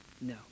No